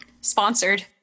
Sponsored